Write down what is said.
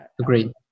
agreed